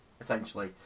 essentially